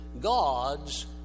God's